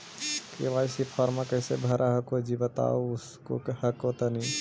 KYC फॉर्मा कैसे भरा हको जी बता उसको हको तानी?